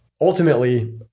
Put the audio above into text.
ultimately